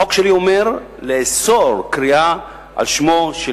החוק שלי אומר: לאסור קריאה על שמם של